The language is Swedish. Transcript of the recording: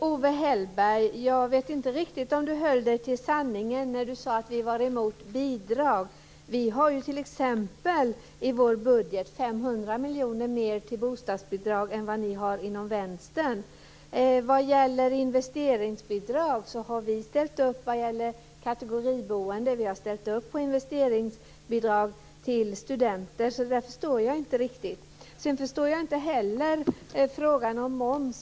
Fru talman! Jag vet inte riktigt om Owe Hellberg höll sig till sanningen när han sade att vi är emot bidrag. Vi har t.ex. i vår budget 500 miljoner mer till bostadsbidrag än vad ni har inom Vänstern. Vad gäller investeringsbidrag har vi ställt upp för kategoriboende och för investeringsbidrag till studenter. Det där förstår jag alltså inte riktigt. Jag förstår inte heller frågan om moms.